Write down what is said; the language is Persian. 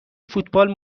فوتبال